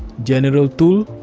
general tool,